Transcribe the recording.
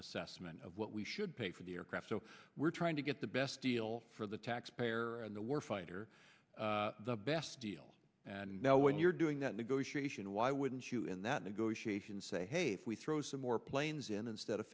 assessment of what we should pay for the aircraft so we're trying to get the best deal for the taxpayer and the warfighter the best deal and now when you're doing that negotiation why wouldn't you in that negotiation say hey if we throw some more planes in instead of